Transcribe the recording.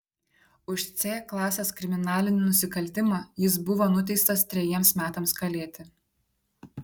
už c klasės kriminalinį nusikaltimą jis buvo nuteistas trejiems metams kalėti